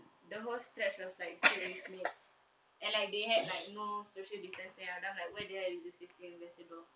the whole stretch was like filled with maids and like they had like no social distancing then I'm like where the hell is the safety ambassador